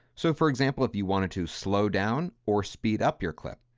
so for example, if you wanted to slow down or speed up your clip,